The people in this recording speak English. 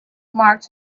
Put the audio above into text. marked